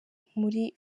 muri